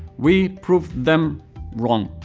we proved them wrong.